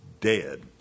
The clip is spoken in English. dead